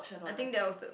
I think that was the